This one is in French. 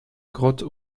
grotte